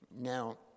Now